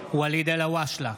ואליד אלהואשלה,